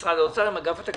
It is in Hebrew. עם אגף התקציבים,